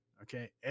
okay